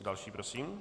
Další prosím.